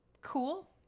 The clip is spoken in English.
Cool